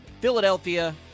Philadelphia